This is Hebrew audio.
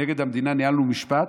נגד המדינה ניהלנו משפט,